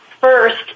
First